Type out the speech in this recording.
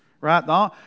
Right